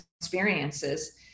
experiences